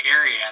area